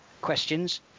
questions